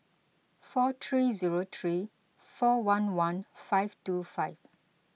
four three zero three four one one five two five